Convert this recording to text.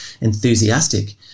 enthusiastic